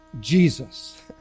Jesus